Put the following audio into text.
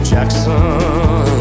Jackson